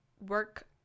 work